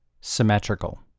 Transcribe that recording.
symmetrical